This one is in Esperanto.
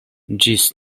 ĝis